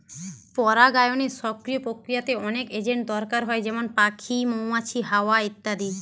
পরাগায়নের সক্রিয় প্রক্রিয়াতে অনেক এজেন্ট দরকার হয় যেমন পাখি, মৌমাছি, হাওয়া ইত্যাদি